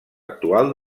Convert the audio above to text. actual